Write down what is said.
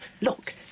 Look